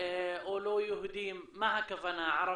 או 'לא יהודים', מה הכוונה, ערבים,